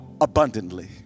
abundantly